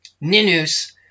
Ninus